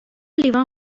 لیوان